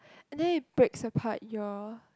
and then it breaks apart your